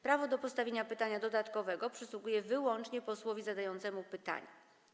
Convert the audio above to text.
Prawo do postawienia pytania dodatkowego przysługuje wyłącznie posłowi zadającemu pytanie.